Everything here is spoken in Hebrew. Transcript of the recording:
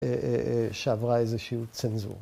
שעברה איזשהו צנזור.